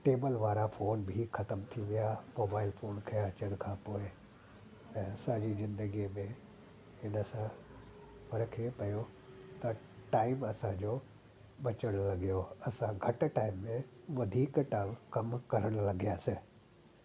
table वारा phone बि ख़तमु थी विया मोबाइल फोन खे अचण खां पोइ ऐं असां जी ज़िंदगीअ में हिन सां फ़रकु इहे पियो त टाईम असां जो बचणु लॻियो असां घटि टाईम में वधीक टाईम कमु करणु लॻियासीं